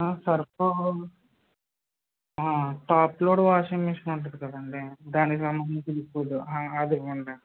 surf top load washing machine ఉంటుంది కదండీ దానికి సంబంధించి లిక్విడు అది ఇవ్వండి